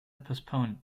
postponed